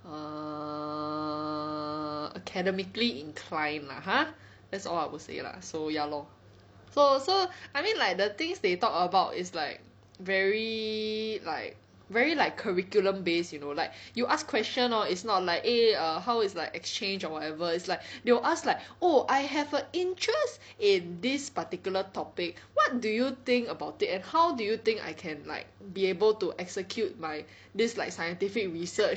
err academically inclined lah !huh! that's all I will say lah so ya lor so so I mean like the things they talk about is like very like very like curriculum-based you know like you ask questions hor it's not like a eh err how is like exchange or whatever it's like they will ask like oh I have a interest in this particular topic what do you think about it and how do you think I can like be able to execute my this like scientific research